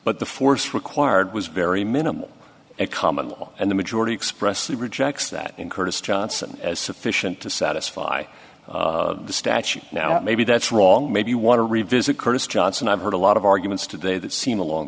but the force required was very minimal a common law and the majority expressly rejects that in curtis johnson as sufficient to satisfy the statute now maybe that's wrong maybe you want to revisit curtis johnson i've heard a lot of arguments today that seem along